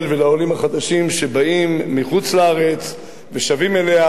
ולעולים החדשים שבאים מחוץ-לארץ ושבים אליה,